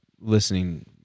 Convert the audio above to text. listening